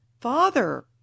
father